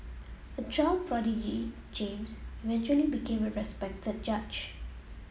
a child prodigy James eventually became a respected judge